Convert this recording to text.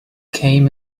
came